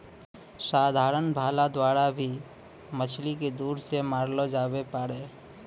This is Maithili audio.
साधारण भाला द्वारा भी मछली के दूर से मारलो जावै पारै